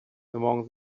among